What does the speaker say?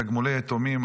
תגמולי יתומים,